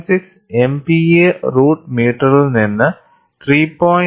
6 MPa root മീറ്ററിൽ നിന്ന് 3